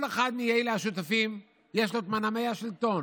כל אחד מאלה השותפים יש לו את מנעמי השלטון,